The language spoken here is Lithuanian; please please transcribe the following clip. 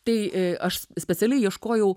tai aš specialiai ieškojau